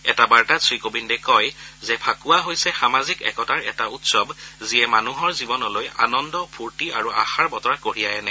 এটা বাৰ্তাত শ্ৰীকোবিন্দে কয় যে ফাকুৱা হৈছে সামাজিক একতাৰ এটা উৎসৰ যিয়ে মানুহৰ জীৱনলৈ আনন্দ ফূৰ্তি আৰু আশাৰ বতৰা কঢ়িয়াই আনে